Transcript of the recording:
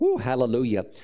Hallelujah